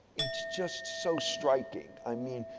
it's just so striking. i mean,